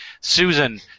Susan